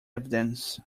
evidence